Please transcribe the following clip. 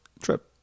trip